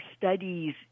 studies